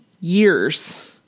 years